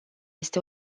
este